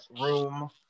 Room